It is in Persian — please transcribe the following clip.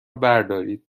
بردارید